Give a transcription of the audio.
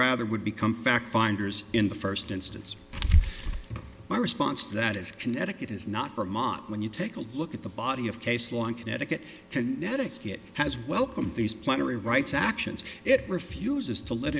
rather would become fact finders in the first instance my response to that is connecticut is not for a mob when you take a look at the body of case law in connecticut connecticut has welcomed these plenary rights actions it refuses to let